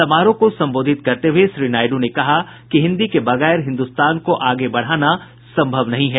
समारोह को संबोधित करते हुए श्री नायडु ने कहा हिन्दी के बगैर हिन्दुस्तान को आगे बढ़ाना संभव नहीं है